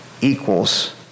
equals